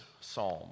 psalm